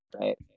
right